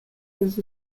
his